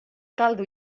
caldo